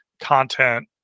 content